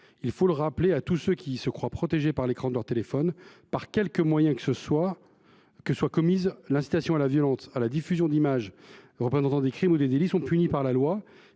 Il faut le rappeler à tous ceux qui se croient protégés par l’écran de leur téléphone : quels que soient les moyens par lesquels elles sont commises, l’incitation à la violence et la diffusion d’images représentant des crimes ou des délits sont punies par la loi.